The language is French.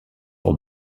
pour